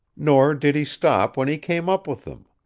nor did he stop when he came up with them.